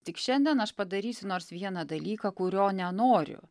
tik šiandien aš padarysiu nors vieną dalyką kurio nenoriu